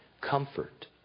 comfort